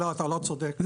אתה לא צודק,